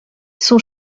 son